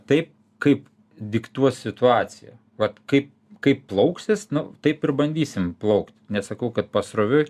taip kaip diktuos situacija vat kaip kaip plauksis nu taip ir bandysim plaukt nesakau kad pasroviui